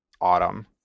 autumn